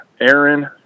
Aaron